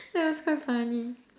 that was quite funny